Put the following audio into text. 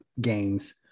games